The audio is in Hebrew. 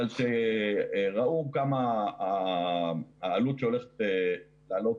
אבל כשראו כמה זה הולך לעלות,